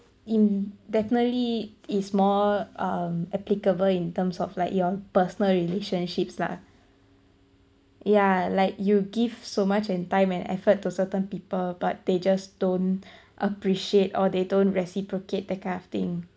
in definitely is more um applicable in terms of like your personal relationships lah ya like you give so much and time and effort to certain people but they just don't appreciate or they don't reciprocate that kind of thing